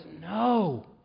no